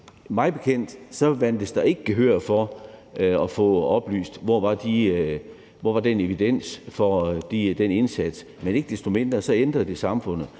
Mig bekendt blev der ikke vundet gehør for at få oplyst, hvor den evidens for den indsats var, men ikke desto mindre ændrede det samfundet.